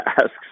asks